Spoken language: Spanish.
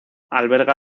alberga